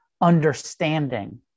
understanding